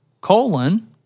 colon